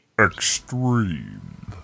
Extreme